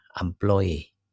employee